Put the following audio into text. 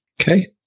Okay